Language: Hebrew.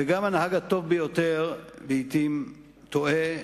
וגם הנהג הטוב ביותר לעתים טועה,